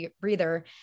breather